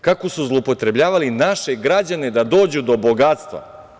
Kako su zloupotrebljavali naše građane da dođu do bogatstva?